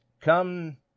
come